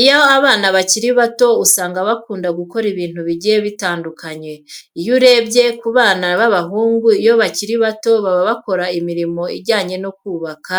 Iyo abana bakiri bato usanga bakunda gukora ibintu bigiye bitandukanye. Iyo urebye ku bana b'abahungu iyo bakiri bato baba bakora imirimo ijyanye no kubaka,